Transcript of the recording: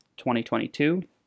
2022